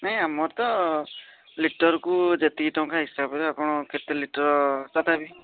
ନାହିଁ ଆମର ତ ଲିଟରକୁ ଯେତିକି ଟଙ୍କା ହିସାବରେ ଆପଣ କେତେ ଲିଟର ତଥାପି